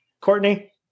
Courtney